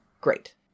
great